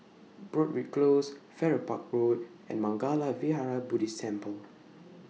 Broadrick Close Farrer Park Road and Mangala Vihara Buddhist Temple